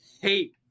hate